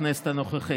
בכנסת הנוכחית.